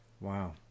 Wow